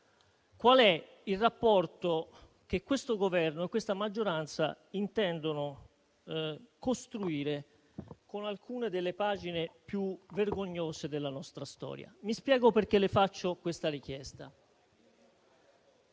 qual è il rapporto che questo Governo e questa maggioranza intendono costruire con alcune delle pagine più vergognose della nostra storia. Spiego perché faccio questa richiesta.